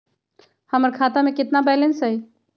हमर खाता में केतना बैलेंस हई?